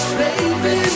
baby